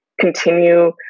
continue